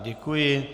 Děkuji.